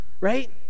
Right